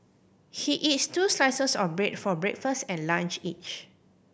he eats two slices of bread for breakfast and lunch each